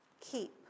keep